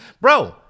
bro